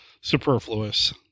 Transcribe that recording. superfluous